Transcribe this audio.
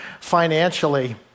financially